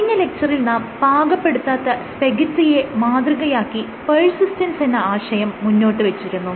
കഴിഞ്ഞ ലെക്ച്ചറിൽ നാം പാകപ്പെടുത്താത്ത സ്പാഗെറ്റിയെ മാതൃകയാക്കി പെർസിസ്റ്റൻസ് എന്ന ആശയം മുന്നോട്ട് വച്ചിരുന്നു